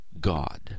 God